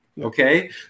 okay